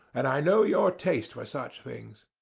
and i knew your taste for such things.